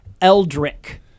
Eldrick